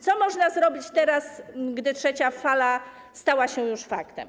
Co można zrobić teraz, gdy trzecia fala stała się już faktem?